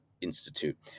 institute